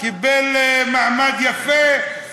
קיבל מעמד יפה.